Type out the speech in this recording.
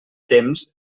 temps